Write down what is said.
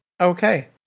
okay